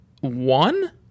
one